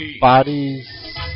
Bodies